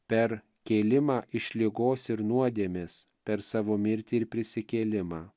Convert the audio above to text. per kėlimą iš ligos ir nuodėmės per savo mirtį ir prisikėlimą